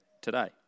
today